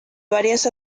varias